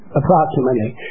approximately